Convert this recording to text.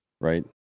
right